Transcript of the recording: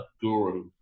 guru